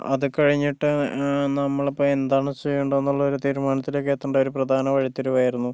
അതു കഴിഞ്ഞിട്ട് നമ്മള് ഇപ്പോൾ എന്താണ് ചെയ്യേണ്ടത് എന്നുള്ള ഒരു തീരുമാനത്തിലേക്ക് എത്തേണ്ടത് ഒരു പ്രധാന വഴിത്തിരിവായിരുന്നു